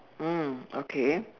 mm okay